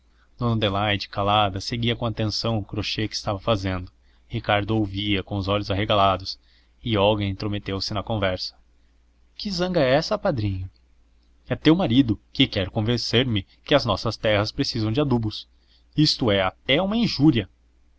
adelaide calada seguia com atenção o crochet que estava fazendo ricardo ouvia com os olhos arregalados e olga intrometeu se na conversa que zanga é essa padrinho é teu marido que quer convencer-me que as nossas terras precisam de adubos isto é até uma injúria